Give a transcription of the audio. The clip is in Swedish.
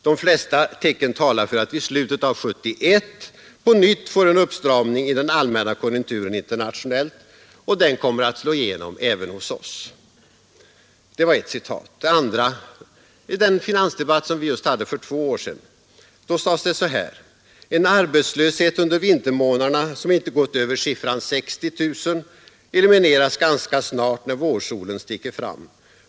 De flesta tecken talar för att vi i slutet av 1971 på nytt får en uppstramning i den allmänna konjunkturen internationellt och den kommer att slå igenom även hos oss.” I finansdebatten för två år sedan sades det: ”En arbetslöshet under vintermånaderna som inte gått över siffran 60 000 elimineras ganska snart när vårsolen sticker fram.